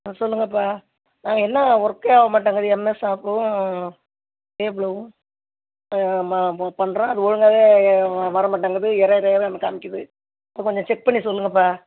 ஆ சொல்லுங்கப்பா ஆ என்ன ஒர்க்கே ஆக மாட்டங்குது எம்எஸ் ஆப்பும் ஆ ஆ ம பு பண்ணுறேன் அது ஒழுங்காவே வர்ற மாட்டங்குது எரர் எரர்னு காமிக்குது கொஞ்சம் செக் பண்ணி சொல்லுங்கப்பா